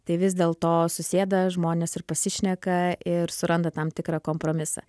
tai vis dėlto susėda žmonės ir pasišneka ir suranda tam tikrą kompromisą